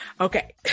okay